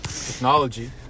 technology